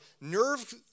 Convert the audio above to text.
nerve